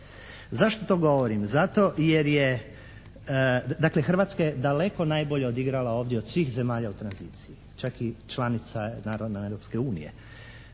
Zašto to govorim? Zato jer je, dakle Hrvatska je daleko najbolje odigrala ovdje od svih zemlja u tranziciji, čak i članica naravno Europske unije,